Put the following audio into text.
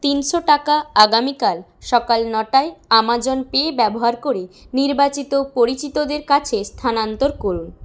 তিনশো টাকা আগামীকাল সকাল নটায় অ্যামাজন পে ব্যবহার করে নির্বাচিত পরিচিতদের কাছে স্থানান্তর করুন